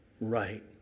right